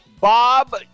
Bob